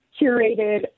Curated